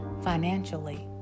financially